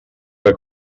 que